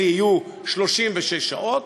יהיו 36 שעות,